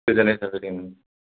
गोजोन्नाय थाबाय दे